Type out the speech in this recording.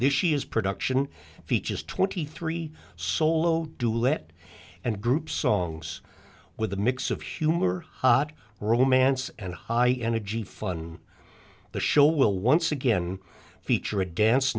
this she is production features twenty three solo do let and group songs with a mix of humor romance and high energy fun the show will once again feature a dance